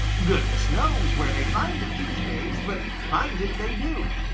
goodness knows where they find it these days, but find it they do.